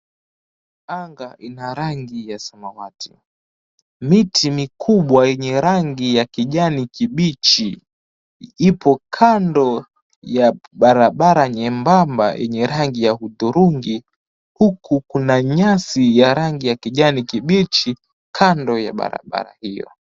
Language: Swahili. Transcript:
Anga ina rangi ya samawati. Miti mikubwa yenye rangi ya kijani kibichi ipo kando ya barabara nyembamba yenye rangi ya hudhurungi huku kuna nyasi ya rangi ya kijani kibichi kando ya barabara hiyo.